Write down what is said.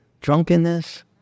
drunkenness